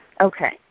Okay